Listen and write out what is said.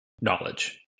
knowledge